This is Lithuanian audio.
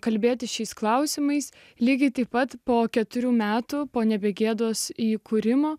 kalbėti šiais klausimais lygiai taip pat po keturių metų po nebegėdos įkūrimo